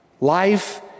Life